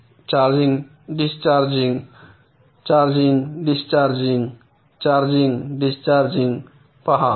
charging discharging charging discharging charging discharging पहा